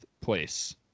place